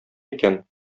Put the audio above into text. икән